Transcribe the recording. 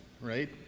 right